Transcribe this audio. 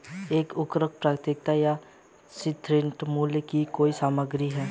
एक उर्वरक प्राकृतिक या सिंथेटिक मूल की कोई भी सामग्री है